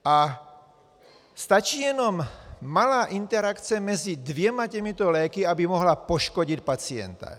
A stačí jenom malá interakce mezi dvěma těmito léky, aby mohla poškodit pacienta.